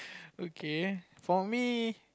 okay for me